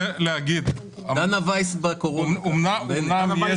דנה וייס בקורונה גם, על בנט.